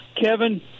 kevin